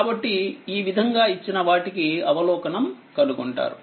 కాబట్టిఈ విధంగా ఇచ్చిన వాటికిఅవలోకనం కనుగొంటారు